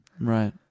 Right